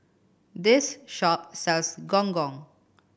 this shop sells Gong Gong